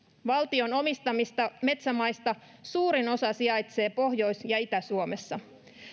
valtion omistamista metsämaista suurin osa sijaitsee pohjois ja itä suomessa